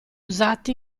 usati